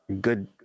good